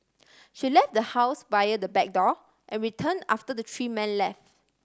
she left the house via the back door and return after the three men left